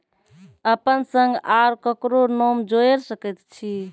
अपन संग आर ककरो नाम जोयर सकैत छी?